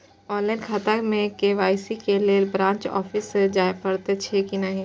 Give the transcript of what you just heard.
Online खाता में KYC के लेल ब्रांच ऑफिस जाय परेछै कि नहिं?